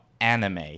anime